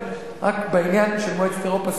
רק בעניין של מועצת אירופה,